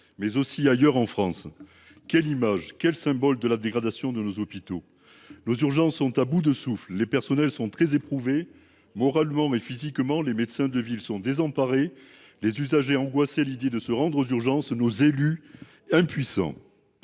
Perpignan et ailleurs en France. Quelle image ! Quel symbole de la dégradation de nos hôpitaux ! Nos urgences sont à bout de souffle, les personnels sont très éprouvés moralement et physiquement, les médecins de ville désemparés, les usagers angoissés à l’idée de se rendre aux urgences, et nos élus impuissants.